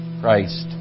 Christ